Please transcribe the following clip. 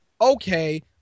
okay